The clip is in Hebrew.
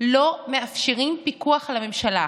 לא מאפשרים פיקוח על הממשלה.